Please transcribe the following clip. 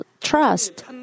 trust